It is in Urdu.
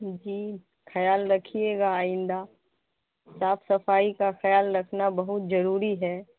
جی خیال رکھیے گا آئندہ صاف صفائی کا خیال رکھنا بہت ضروری ہے